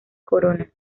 corona